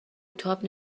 تاب